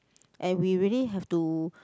and we really have to